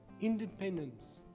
independence